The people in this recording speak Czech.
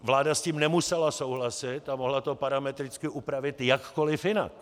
Vláda s tím nemusela souhlasit a mohla to parametricky upravit jakkoliv jinak.